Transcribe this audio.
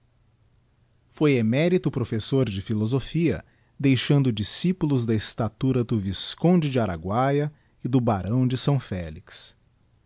foi emérito professor de philosophia deixando discípulos da estatura do visconde de araguaya e do barão de s félix